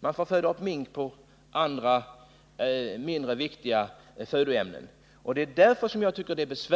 Man får föda upp mink på andra och mindre viktiga födoämnen. De företag det här